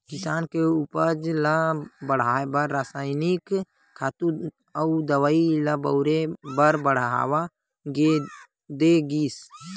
किसानी के उपज ल बड़हाए बर रसायनिक खातू अउ दवई ल बउरे बर बड़हावा दे गिस